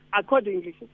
Accordingly